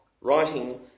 writing